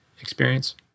experience